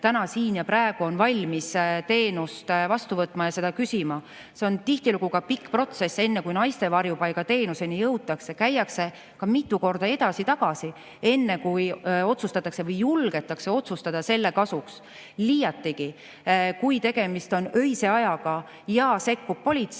täna, siin ja praegu on valmis teenust vastu võtma ja seda küsima. See on tihtilugu pikk protsess, enne kui naiste varjupaigani jõutakse. Käiakse ka mitu korda edasi-tagasi, enne kui julgetakse otsustada selle kasuks. Aga kui tegemist on öise ajaga ja sekkub politsei,